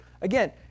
Again